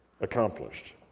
accomplished